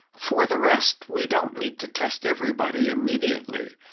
for the rest, we don't need to test everybody immediately,